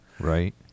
Right